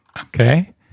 okay